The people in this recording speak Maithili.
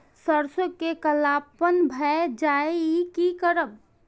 सरसों में कालापन भाय जाय इ कि करब?